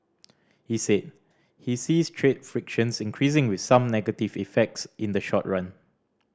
he said he sees trade frictions increasing with some negative effects in the short run